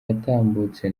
yatambutse